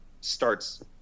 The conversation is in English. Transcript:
starts